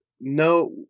No